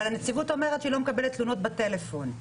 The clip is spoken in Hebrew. אבל הנציבות אומרת שהיא לא מקבלת תלונות בטלפון.